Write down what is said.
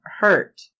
hurt